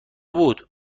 بود